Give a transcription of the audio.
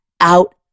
out